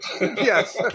Yes